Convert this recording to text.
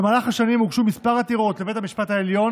במהלך השנים הוגשו כמה עתירות לבית המשפט העליון